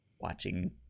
watching